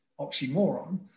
oxymoron